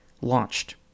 launched